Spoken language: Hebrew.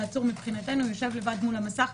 העצור מבחינתנו יושב לבד מול המסך,